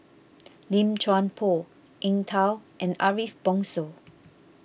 Lim Chuan Poh Eng Tow and Ariff Bongso